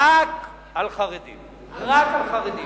רק על חרדים.